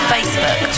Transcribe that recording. Facebook